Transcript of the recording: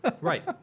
Right